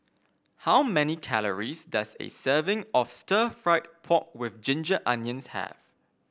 how many calories does a serving of Stir Fried Pork with Ginger Onions have